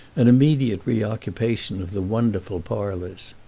an immediate reoccupation of the wonderful parlours.